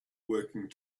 working